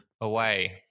away